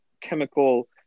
chemical